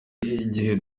igihe